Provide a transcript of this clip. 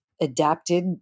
adapted